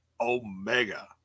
Omega